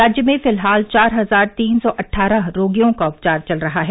राज्य में फिलहाल चार हजार तीन सौ अट्ठारह रोगियों का उपचार चल रहा है